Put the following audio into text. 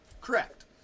Correct